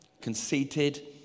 conceited